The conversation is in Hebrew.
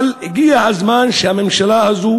אבל הגיע הזמן שהממשלה הזאת